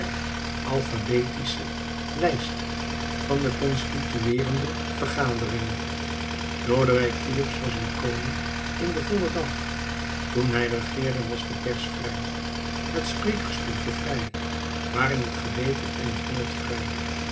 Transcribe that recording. der alphabetische lijst van de constitueerende vergadering lodewijk filips was een koning in den vollen dag toen hij regeerde was de pers vrij het spreekgestoelte vrij waren het geweten en het woord vrij